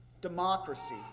democracy